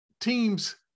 teams